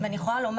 אנחנו,